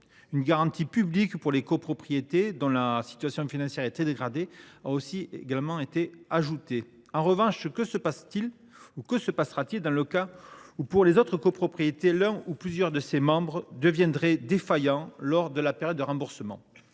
Une garantie publique pour les copropriétés, dont la situation financière est dégradée, a également été ajoutée. En revanche, que se passera t il dans le cas où pour les autres copropriétés, l’un ou plusieurs de ses membres deviendraient défaillants lors de la période de remboursement ?